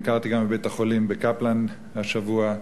ביקרתי גם בבית-החולים "קפלן" השבוע,